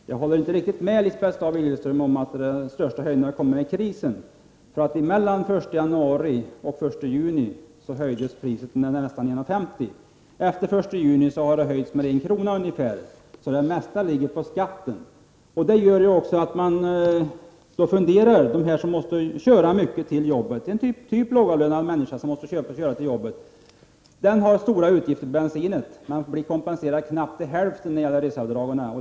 Herr talman! Jag håller inte riktigt med Lisbeth Staaf-Igelström om att den största höjningen har kommit med krisen. Mellan den 1 januari och den juni har det höjts med ungefär 1 kr. Det mesta ligger på skatten. En lågavlönad som måste köra lång väg till jobbet har stora utgifter för bensin men blir kompenserad knappt till hälften genom reseavdragen.